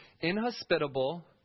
inhospitable